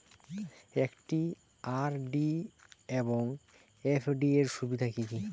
একটি আর.ডি এবং এফ.ডি এর সুবিধা কি কি?